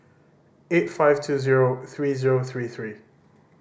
eight five two zero three zero three three